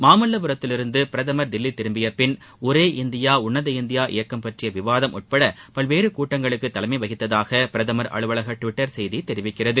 மாமல்லபுரத்திலிருந்து பிரதமர் தில்லி திரும்பியபின் ஒரே இந்தியா உன்னத இந்தியா இயக்கம் பற்றிய விவாதம் உட்பட பல்வேறு கூட்டங்களுக்கு தலைமை வகித்ததாக பிரதமர் அலுவலக டுவிட்டர் செய்தி தெரிவிக்கிறது